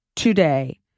today